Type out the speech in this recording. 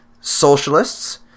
socialists